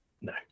no